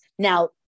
Now